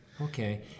Okay